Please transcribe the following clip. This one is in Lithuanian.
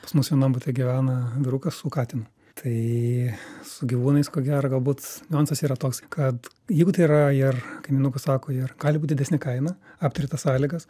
pas mus vienam bute gyvena vyrukas su katinu tai su gyvūnais ko gero galbūt niuansas yra toks kad jeigu tai yra ir kaip mindaugas sako ir gali būt didesnė kaina aptari tas sąlygas